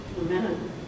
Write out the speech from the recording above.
Amen